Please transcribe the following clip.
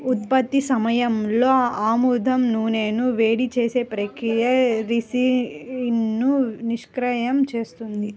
ఉత్పత్తి సమయంలో ఆముదం నూనెను వేడి చేసే ప్రక్రియ రిసిన్ను నిష్క్రియం చేస్తుంది